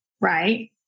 right